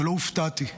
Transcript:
ולא הופתעתי.